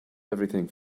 everything